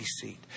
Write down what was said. seat